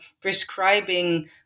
prescribing